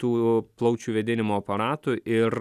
tų plaučių vėdinimo aparatų ir